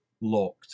locked